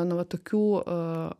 nu va tokių